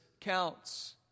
counts